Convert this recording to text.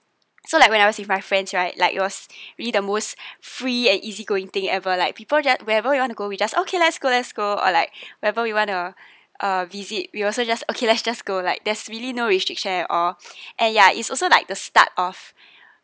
so like when I was with my friends right like it was really the most free and easy going thing ever like people just wherever you want to go we just okay let's go let's go or like wherever you want to uh visit we also just okay let's just go like there's really no restrictions or and ya it's also like the start off